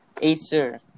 Acer